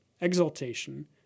exaltation